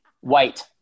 White